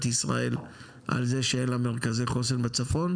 ישראל על זה שאין לה מרכזי חוסן בצפון,